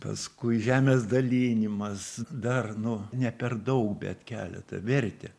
paskui žemės dalinimas dar nu ne per daug bet keletą vertė